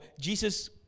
Jesus